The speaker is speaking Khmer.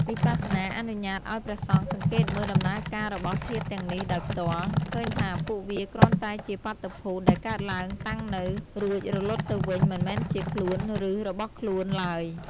វិបស្សនាអនុញ្ញាតឱ្យព្រះសង្ឃសង្កេតមើលដំណើរការរបស់ធាតុទាំងនេះដោយផ្ទាល់ ឃើញថាពួកវាគ្រាន់តែជាបាតុភូតដែលកើតឡើង តាំងនៅ រួចរលត់ទៅវិញ មិនមែនជា "ខ្លួន" ឬ "របស់ខ្លួន" ឡើយ។